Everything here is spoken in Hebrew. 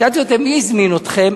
שאלתי אותם: מי הזמין אתכם?